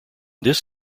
this